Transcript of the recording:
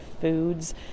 foods